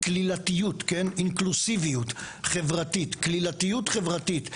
כלילתיות חברתית, אינקלוסיביות חברתית.